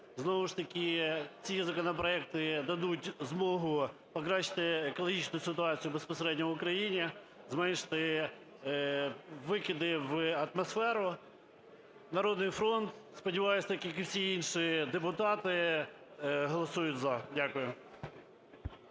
Знову ж таки ті законопроекти дадуть змогу покращити екологічну ситуацію безпосередньо в Україні, зменшити викиди в атмосферу. "Народний фронт", сподіваюсь, так, як і всі інші депутати, голосує "за". Дякую.